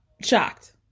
shocked